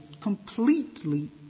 completely